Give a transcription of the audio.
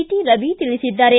T Ravi ತಿಳಿಸಿದ್ದಾರೆ